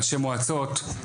ראשי מועצות,